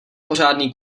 pořádný